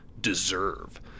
deserve